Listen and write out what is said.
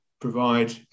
provide